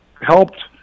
helped